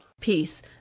peace